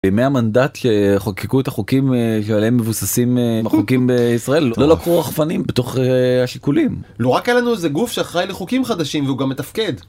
‫בימי המנדט שחוקקו את החוקים ‫שעליהם מבוססים בחוקים בישראל, ‫לא לוקחו רחפנים בתוך השיקולים. ‫לא, רק עלינו זה גוף שאחראי ‫לחוקים חדשים והוא גם מתפקד.